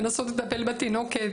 לנסות לטפל בתינוקת.